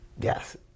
Yes